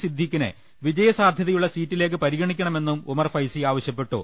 സിദ്ദീഖിനെ വിജയ സാധൃതയുള്ള സീറ്റിലേക്ക് പരിഗണിക്കണ മെന്നും ഉമർ ഫൈസി ആവശ്യപ്പെട്ടു